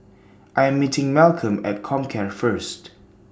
I Am meeting Malcom At Comcare First